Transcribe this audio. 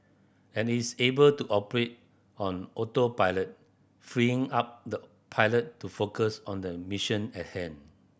and it's able to operate on autopilot freeing up the pilot to focus on the mission at hand